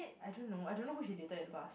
I don't know I don't know who she dated in the past